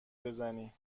بزنی